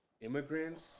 immigrants